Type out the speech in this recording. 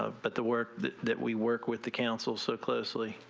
ah but the work that that we work with the council so closely